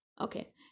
Okay